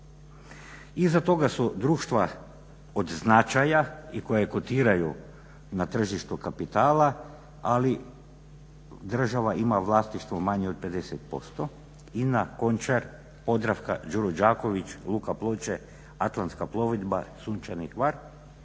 Iza toga su društva od značaja i koja kotiraju na tržištu kapitala, ali država ima vlasništvo manje od 50%, INA, Končar, Podravka, Đuro Đaković, Luka Ploče, Atlantska plovidba, Sunčani Hvar.